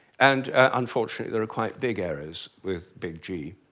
and unfortunately there are quite big errors with big g.